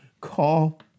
call